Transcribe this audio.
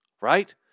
right